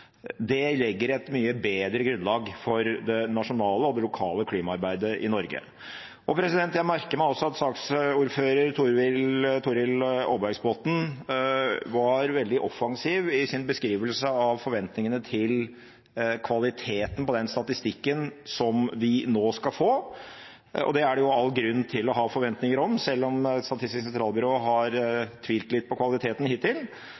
Det legger et mye bedre grunnlag for det nasjonale og det lokale klimaarbeidet i Norge. Jeg merker meg også at saksordfører Torhild Aarbergsbotten var veldig offensiv i sin beskrivelse av forventningene til kvaliteten på den statistikken vi nå skal få. Det er det all grunn til å ha forventninger til, selv om Statistisk sentralbyrå har tvilt litt på kvaliteten hittil.